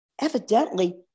evidently